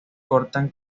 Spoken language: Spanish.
cortan